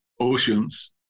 oceans